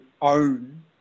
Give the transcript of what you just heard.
own